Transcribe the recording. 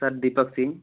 sir Deepak Singh